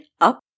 up